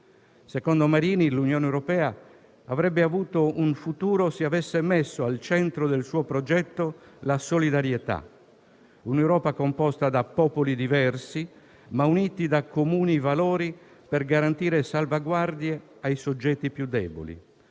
Secondo Marini l'Unione europea avrebbe avuto un futuro se avesse messo al centro del suo progetto la solidarietà: un'Europa composta da popoli diversi ma uniti da comuni valori per garantire salvaguardie ai soggetti più deboli.